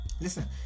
listen